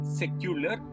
secular